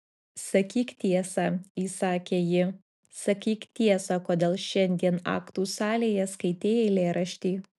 sakyk tiesą įsakė ji sakyk tiesą kodėl šiandien aktų salėje skaitei eilėraštį